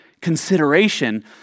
consideration